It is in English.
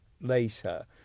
later